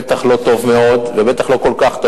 בטח לא טוב מאוד ובטח לא כל כך טוב.